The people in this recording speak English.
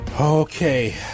Okay